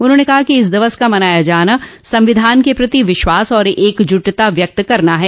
उन्होंने कहा कि इस दिवस का मनाया जाना सविधान के प्रति विश्वास और एकजुटता व्यक्त करना है